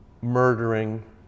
murdering